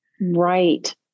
Right